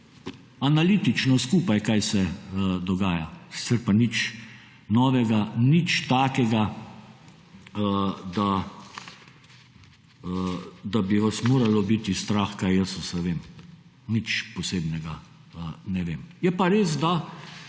analitično skupaj, kaj se dogaja. Sicer pa nič novega, nič takega, da bi vas moralo biti strah, kaj jaz vse vem. Nič posebnega ne vem. Je pa res, da